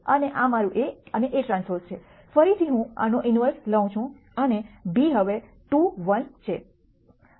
અને આ મારું A અને Aᵀ છે ફરીથી હું આનો ઇન્વર્સ લઉ છું અને બી હવે 2 1 છે